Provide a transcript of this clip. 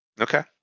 Okay